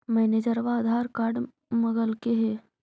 मैनेजरवा आधार कार्ड मगलके हे?